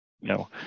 no